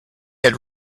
had